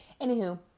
Anywho